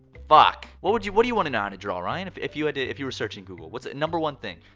fuck. what would you what do you want to know how to draw, ryan? if if you had to if you were searching google. what's the number one thing?